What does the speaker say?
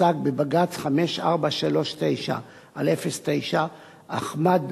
פסק בבג"ץ 5439/09 אחמד